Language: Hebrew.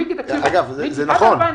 מיקי, תקשיב לי, ב-2017 -- זה נכון.